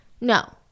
No